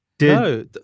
No